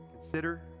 Consider